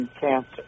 cancer